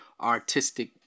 artistic